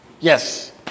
Yes